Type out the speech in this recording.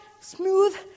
smooth